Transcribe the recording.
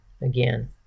again